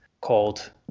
called